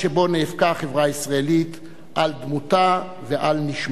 נאבקה החברה הישראלית על דמותה ועל נשמתה.